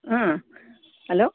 ಹಾಂ ಹಲೋ